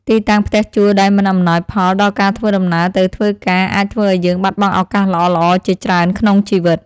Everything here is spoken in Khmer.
ទីតាំងផ្ទះជួលដែលមិនអំណោយផលដល់ការធ្វើដំណើរទៅធ្វើការអាចធ្វើឱ្យយើងបាត់បង់ឱកាសល្អៗជាច្រើនក្នុងជីវិត។